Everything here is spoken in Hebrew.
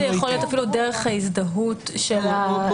אולי זה יכול להיות אפילו דרך ההזדהות של השולח.